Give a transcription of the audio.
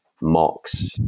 mocks